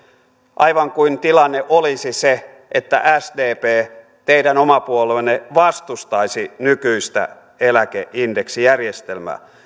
aivan kuin tilanne olisi se että sdp teidän oma puolueenne vastustaisi nykyistä eläkeindeksijärjestelmää